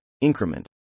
Increment